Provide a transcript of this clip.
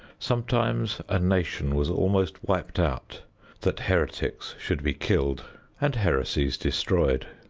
sometimes a nation was almost wiped out that heretics should be killed and heresies destroyed.